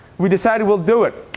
we decided we'll do it.